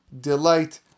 delight